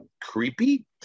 creepy